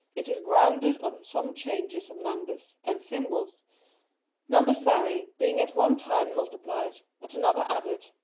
it is grounded on some changes of numbers and symbols numbers vary, being at one time multiplied, at another added,